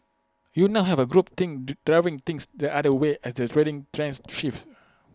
you now have group think driving things the other way as the trading trends shifts